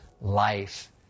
life